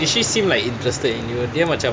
did she seem like interested in you dia macam